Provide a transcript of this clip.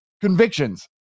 convictions